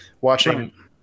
watching